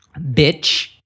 bitch